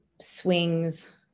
swings